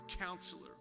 counselor